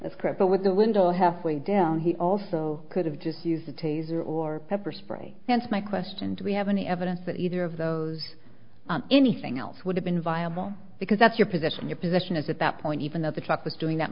that's correct but with the window half way down he also could have just used a taser or pepper spray hence my question do we have any evidence that either of those anything else would have been viable because that's your position your position is at that point even though the truck was doing that